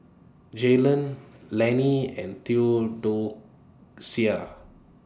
Jaylon Lanny and Theodocia